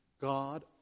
God